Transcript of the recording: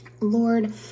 Lord